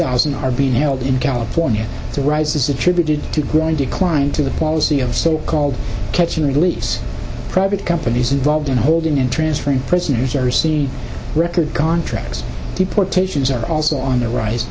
thousand are being held in california to rise is attributed to growing decline to the policy of so called catch and release private companies involved in holding in transferring prisoners or see record contracts deportations are also on the rise